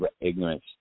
ignorance